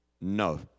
No